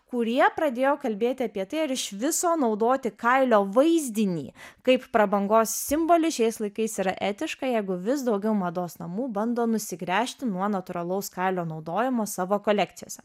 kurie pradėjo kalbėti apie tai ar iš viso naudoti kailio vaizdinį kaip prabangos simbolį šiais laikais yra etiška jeigu vis daugiau mados namų bando nusigręžti nuo natūralaus kailio naudojimo savo kolekcijose